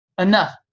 enough